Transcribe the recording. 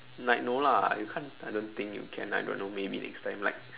like no lah you can't I don't think you can I don't know maybe next time like